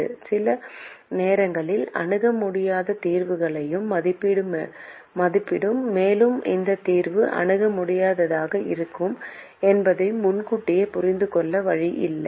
இது சில நேரங்களில் அணுக முடியாத தீர்வுகளையும் மதிப்பிடும் மேலும் இந்த தீர்வு அணுக முடியாததாக இருக்கும் என்பதை முன்கூட்டியே புரிந்து கொள்ள வழி இல்லை